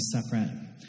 separate